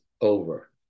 over